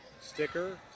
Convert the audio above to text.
Sticker